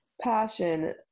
passion